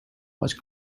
west